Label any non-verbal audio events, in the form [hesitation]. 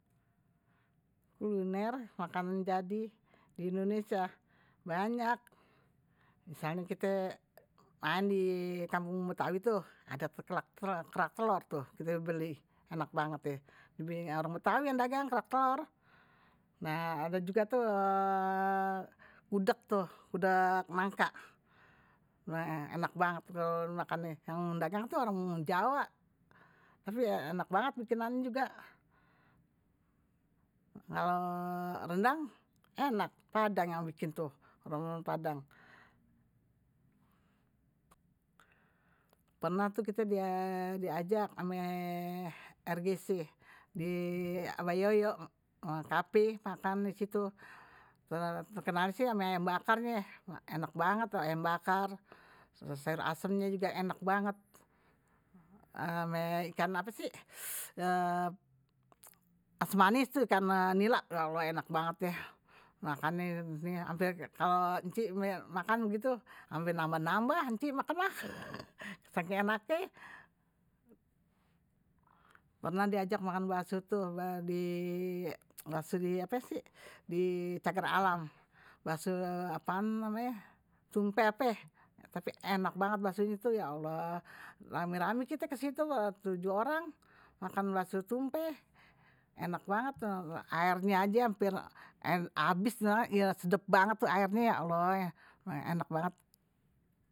Kuliner makan jadi di indonesia, banyak misalnye kita main di kampung betawi tuh ada kerak telor tuh kite beli enak banget deh, [hesitation] orang betawi yang dagang kerak telor, nah ada juga tuh [hesitation] gudeg nangka enak banget dimakannye yang dagang orang jawa, tapi enak juga bikinannye juga, kalo renang enak, padang yang bikin tuh, rendang padang, pernah tuh kite diajak ame rgc, di ama yoyok cafe makan disitu,, terkenalnye sih ama ayam bakarnye, enak banget loh ayam bakar terus sayur asemnya juga enak banget, ame ikan apa sih [hesitation] asam manis tuh ikan nila ya allah enak banget ya makannya ini, kalo ci ada makan begitu hampir nambah-nambah, saking enaknye, pernah diajak makan bakso tuh bakso di ape sih di cagar alam apaan namanye tumpeh ape, tapi enak banget tuh baksonye ya allah, rame-ramai kita ke situ [hesitation] tujuh orang makan bakso tumpeh, enak banget tuh airnya aje ampe habis dimakan sedep banget tuh aernye ya allah enak banget.